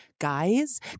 guys